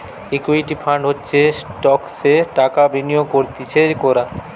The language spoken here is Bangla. ইকুইটি ফান্ড হচ্ছে স্টকসে টাকা বিনিয়োগ করতিছে কোরা